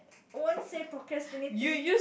won't say procrastinating